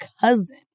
cousin